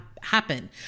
happen